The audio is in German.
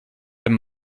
wenn